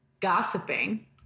gossiping